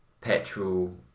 petrol